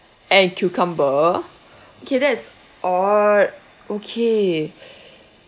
and cucumber okay that's uh okay